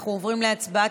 אנחנו עוברים להצבעה.